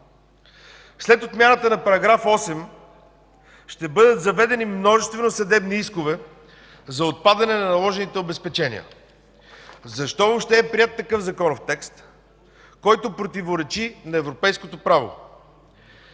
След отмяната на § 8 ще бъдат заведени множество съдебни искове за отпадане на наложените обезпечения. Защо въобще е приет такъв законов текст, който противоречи на европейското право?!